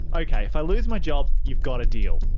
okay if i lose my job you got a deal.